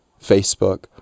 Facebook